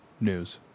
News